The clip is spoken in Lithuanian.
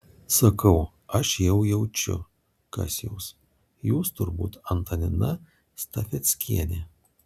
sakau aš jau jaučiu kas jūs jūs turbūt antanina stafeckienė